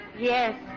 Yes